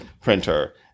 printer